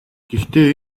гэхдээ